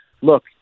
Look